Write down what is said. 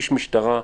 איש משטרה,